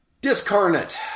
Discarnate